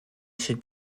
should